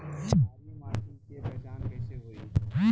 क्षारीय माटी के पहचान कैसे होई?